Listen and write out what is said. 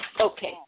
okay